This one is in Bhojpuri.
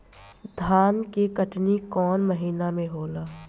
धान के कटनी कौन महीना में होला?